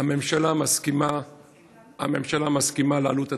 הממשלה מסכימה לעלות התקציבית,